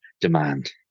demand